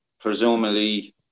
presumably